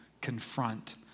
confront